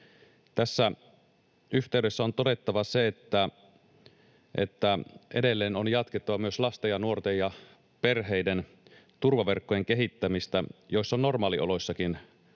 Tässä yhteydessä on todettava se, että edelleen on jatkettava myös lasten, nuorten ja perheiden turvaverkkojen kehittämistä, joissa on normaalioloissakin puutteita.